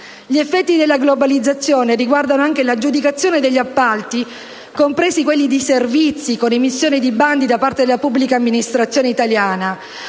Gli effetti della globalizzazione riguardano anche l'aggiudicazione degli appalti, compresi quelli di servizi, con emissioni di bandi da parte della pubblica amministrazione italiana.